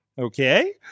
Okay